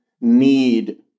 need